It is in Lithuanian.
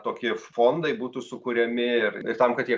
tokie fondai būtų sukuriami ir ir tam kad jie